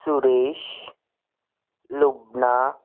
Suresh లుగ్నా